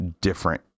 different